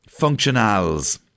Functionals